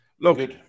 Look